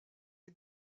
est